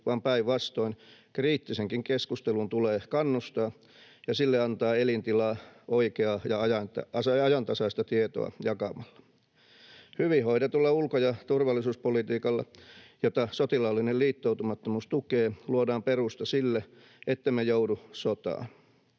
vaan päinvastoin, kriittiseenkin keskusteluun tulee kannustaa ja sille antaa elintilaa oikeaa ja ajantasaista tietoa jakamalla. Hyvin hoidetulla ulko- ja turvallisuuspolitiikalla, jota sotilaallinen liittoutumattomuus tukee, luodaan perusta sille, ettemme joudu sotaan.